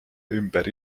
ümber